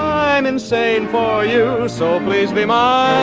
i'm insane for you. so please be my.